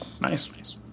Nice